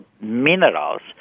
minerals